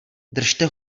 držte